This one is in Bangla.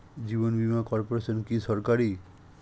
জীবন বীমা কর্পোরেশন কি সরকারি?